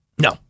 No